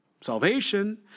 salvation